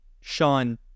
Sean